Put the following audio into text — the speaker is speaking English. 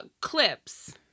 clips